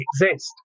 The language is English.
exist